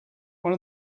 one